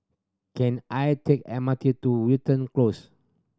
can I take M R T to Wilton Close